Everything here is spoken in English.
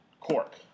Cork